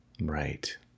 right